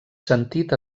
sentit